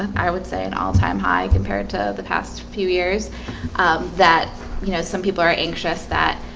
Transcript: i would say an all-time high compared to the past few years that you know, some people are anxious that